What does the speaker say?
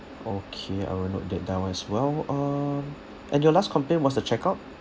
okay I will note that down as well uh and your last complaint was the check out